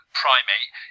primate